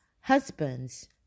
husbands